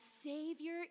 Savior